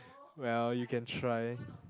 well you can try